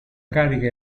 carica